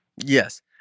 Yes